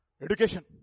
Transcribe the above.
education